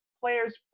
players